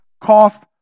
Cost